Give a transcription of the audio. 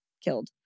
killed